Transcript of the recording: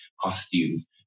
Costumes